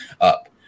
up